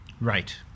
Right